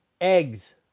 Eggs